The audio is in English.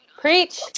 Preach